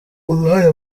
uruhare